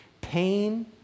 Pain